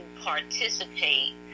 participate